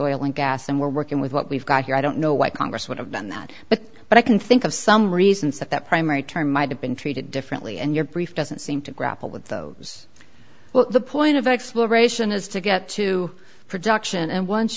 oil and gas and we're working with what we've got here i don't know why congress would have done that but but i can think of some reasons that that primary term might have been treated differently and your brief doesn't seem to grapple with those well the point of exploration is to get to production and once